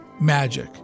magic